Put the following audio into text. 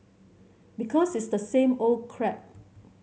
because it's the same old crap